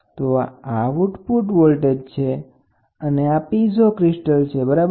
તો આ output voltage છે અને આ પીઝો ક્રિસ્ટલ છે બરાબર